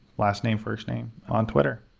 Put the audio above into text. last name, first name, on twitter.